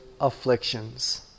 afflictions